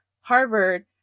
Harvard